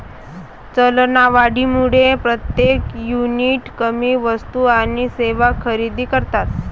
चलनवाढीमुळे प्रत्येक युनिट कमी वस्तू आणि सेवा खरेदी करतात